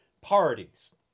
parties